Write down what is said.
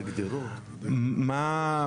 מה,